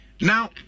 Now